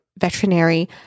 veterinary